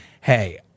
hey